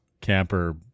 camper